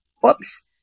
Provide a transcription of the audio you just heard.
whoops